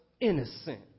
innocent